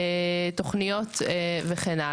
תוכניות וכו'.